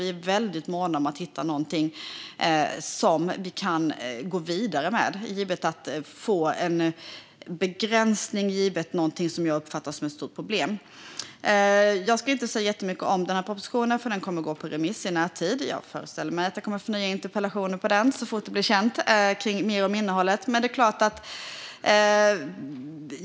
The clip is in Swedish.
Vi är också väldigt måna om att hitta något som vi kan gå vidare med för att få en begränsning i något som jag uppfattat är ett stort problem. Jag ska inte säga särskilt mycket om propositionen, eftersom den kommer att gå ut på remiss i närtid. Jag föreställer mig att jag kommer att få nya interpellationer om innehållet i den så fort den blir känd.